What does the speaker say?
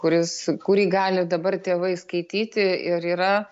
kuris kurį gali dabar tėvai skaityti ir yra